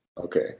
Okay